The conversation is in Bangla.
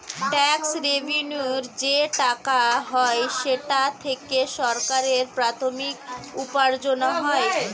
ট্যাক্স রেভেন্যুর যে টাকা হয় সেটা থেকে সরকারের প্রাথমিক উপার্জন হয়